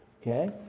Okay